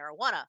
marijuana